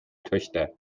töchter